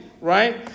right